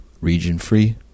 region-free